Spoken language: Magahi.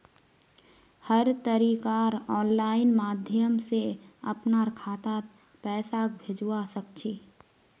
हर तरीकार आनलाइन माध्यम से अपनार खातात पैसाक भेजवा सकछी